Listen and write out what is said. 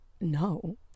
No